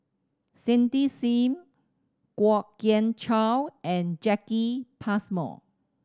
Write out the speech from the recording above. Cindy Sim Kwok Kian Chow and Jacki Passmore